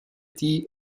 die